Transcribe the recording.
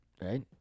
Right